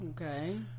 Okay